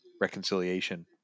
reconciliation